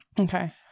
Okay